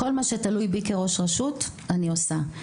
כל מה שתלוי בי כראש רשות אני עושה,